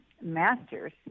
masters